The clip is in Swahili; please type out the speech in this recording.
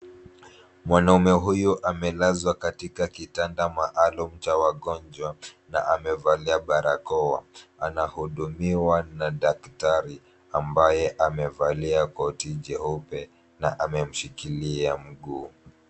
Mwanaume huyu amelazwa katika kitanda maalum cha wagonjwa na amevalia barakoa, anahudumiwa na daktari ambaye amevalia koti jeupe na amemshikilia mguu.